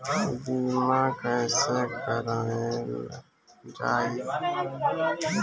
बीमा कैसे कराएल जाइ?